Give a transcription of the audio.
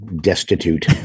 destitute